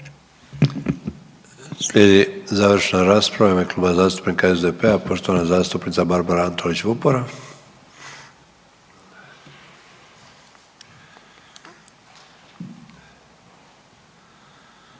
završna rasprava u ime Kluba zastupnika SDP-a, poštovana zastupnica Barbara Antolić Vupora.